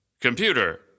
Computer